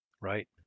Right